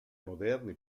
moderni